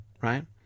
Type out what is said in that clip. right